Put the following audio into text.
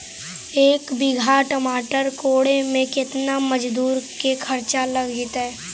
एक बिघा टमाटर कोड़े मे केतना मजुर के खर्चा लग जितै?